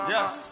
Yes